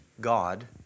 God